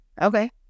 Okay